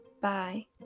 Bye